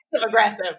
aggressive